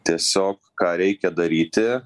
tiesiog ką reikia daryti